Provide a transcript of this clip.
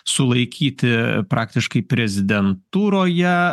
sulaikyti praktiškai prezidentūroje